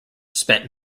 spent